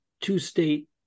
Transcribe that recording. two-state